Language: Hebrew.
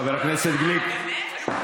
חוליגניות.